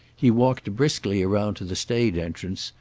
he walked briskly around to the stage entrance,